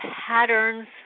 patterns